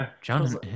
John